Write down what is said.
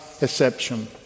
exception